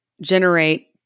generate